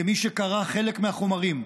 כמי שקרא חלק מהחומרים,